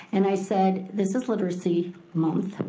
and i said, this is literacy month,